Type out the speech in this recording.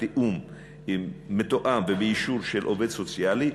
זה מתואם ובאישור של עובד סוציאלי,